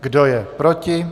Kdo je proti?